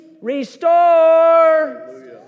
restore